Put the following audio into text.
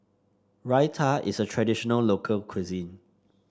raita is a traditional local cuisine